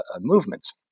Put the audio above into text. movements